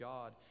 God